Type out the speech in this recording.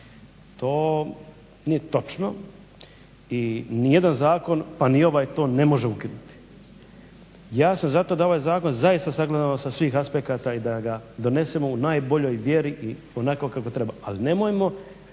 To nije točno i nijedan zakon, pa ni ovaj to ne može ukinuti. Ja sam za to da ovaj zakon zaista sagledamo sa svih aspekata i da ga donesemo u najboljoj vjeri i onako kako treba. Ali nemojmo